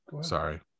Sorry